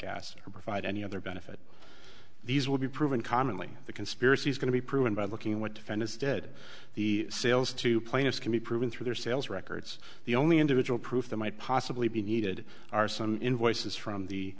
gas or provide any other benefit these would be proven commonly the conspiracy is going to be proven by looking at what defendants did the sales to plaintiffs can be proven through their sales records the only individual proof that might possibly be needed are some invoices from the